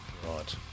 Right